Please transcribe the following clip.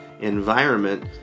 environment